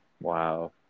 wow